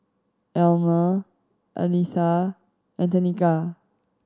Almer Aletha and Tenika